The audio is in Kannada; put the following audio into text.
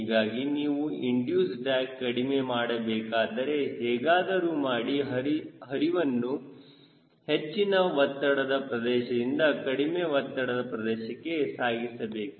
ಹೀಗಾಗಿ ನೀವು ಇಂಡಿಯೂಸ್ ಡ್ರ್ಯಾಗ್ ಕಡಿಮೆ ಮಾಡಬೇಕಾದರೆ ಹೇಗಾದರೂ ಮಾಡಿ ಹರಿತವನ್ನು ಹೆಚ್ಚಿನ ಒತ್ತಡದ ಪ್ರದೇಶದಿಂದ ಕಡಿಮೆ ಒತ್ತಡದ ಪ್ರದೇಶಕ್ಕೆ ಸಾಗಿಸಬೇಕು